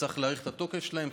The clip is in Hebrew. שצריך להאריך את התוקף שלהן.